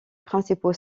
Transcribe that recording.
principaux